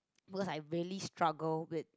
because I very struggle with